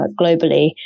globally